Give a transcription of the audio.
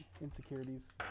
insecurities